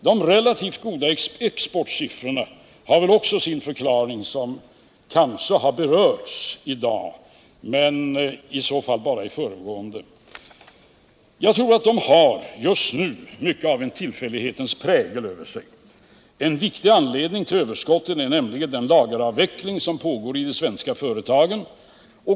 De relativt goda exportsiffrorna har också sin förklaring — den har kanske berörts i dag, men i så fall bara i förbigående. Jag tror att exportsiffrorna just nu har mycket av tillfällighetens prägel över sig. En viktig anledning till överskottet är nämligen den lageravveckling som pågår i de svenska företagen.